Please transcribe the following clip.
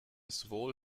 sowohl